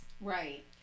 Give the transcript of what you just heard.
right